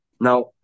Now